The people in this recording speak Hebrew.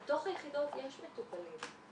בתוך היחידות יש מטופלים,